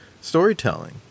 storytelling